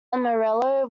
amarillo